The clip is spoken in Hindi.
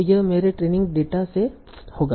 तो यह मेरे ट्रेनिंग डेटा से होगा